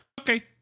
Okay